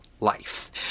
life